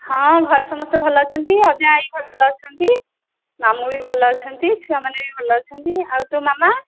ହଁ ଘରେ ସମସ୍ତେ ଭଲ ଅଛନ୍ତି ଅଜା ଆଈ ଭଲ ଅଛନ୍ତି ମାମୁଁ ବି ଭଲ ଅଛନ୍ତି ଛୁଆମନେ ବି ଭଲ ଅଛନ୍ତି ଆଉ ତୋ ମାମା